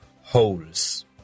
holes